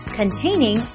containing